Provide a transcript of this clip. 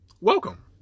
welcome